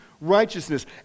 righteousness